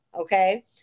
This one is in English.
Okay